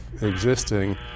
existing